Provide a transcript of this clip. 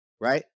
right